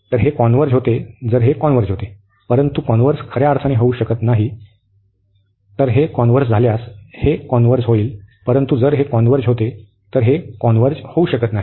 तर हे कॉन्व्हर्ज होते जर हे कॉन्व्हर्ज होते परंतु कॉन्व्हर्स खर्या अर्थाने नाही तर हे कॉन्व्हर्ज झाल्यास हे कॉन्व्हर्ज होईल परंतु जर हे कॉन्व्हर्ज होते तर हे कॉन्व्हर्ज होऊ शकत नाही